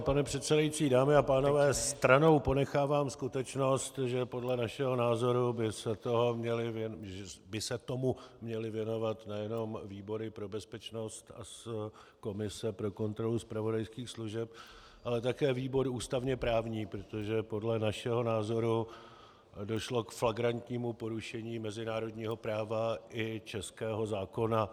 Pane předsedající, dámy a pánové, stranou ponechávám skutečnost, že podle našeho názoru by se tomu měly věnovat nejenom výbory pro bezpečnost, komise pro kontrolu zpravodajských služeb, ale také výbor ústavněprávní, protože podle našeho názoru došlo k flagrantnímu porušení mezinárodního práva i českého zákona.